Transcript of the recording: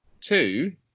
Two